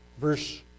verse